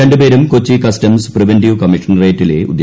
രണ്ടുപേരും Kochi customs preventive കമ്മീഷണറേറ്റിലെ ഉദ്യോഗസ്ഥരാണ്